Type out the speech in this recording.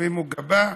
הרימו גבה,